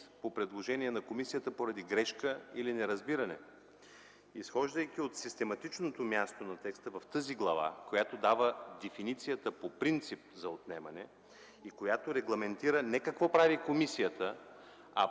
по предложение на комисията поради грешка или неразбиране. Изхождайки от систематичното място на текста в тази глава, която дава дефиницията по принцип за отнемане и която регламентира не какво прави комисията, а